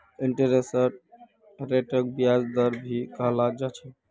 interest रेटक ब्याज दर भी कहाल जा छे